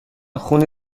خون